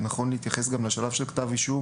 ונכון להתייחס גם לשלב של כתב אישום